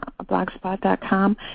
blogspot.com